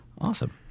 Awesome